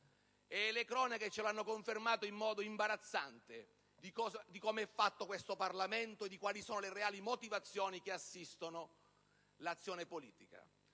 le cronache hanno confermato in modo imbarazzante come è fatto questo Parlamento e quali sono le reali motivazioni che assistono l'azione politica.